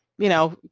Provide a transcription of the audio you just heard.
you know,